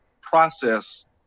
process